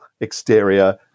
exterior